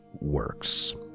works